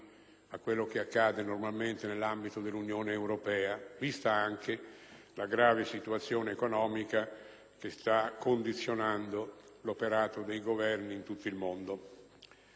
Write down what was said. a quello che accade normalmente nell'ambito dell'Unione europea, vista anche la grave situazione economica che sta condizionando l'operato dei Governi in tutto il mondo.